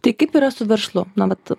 tai kaip yra su verslu na vat